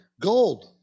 Gold